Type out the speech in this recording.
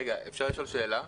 רגע, אפשר לשאול שאלה?